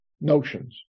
notions